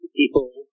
people